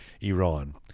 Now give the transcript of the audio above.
Iran